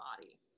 body